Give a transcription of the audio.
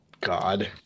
God